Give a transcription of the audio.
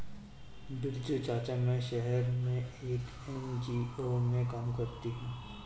बिरजू चाचा, मैं शहर में एक एन.जी.ओ में काम करती हूं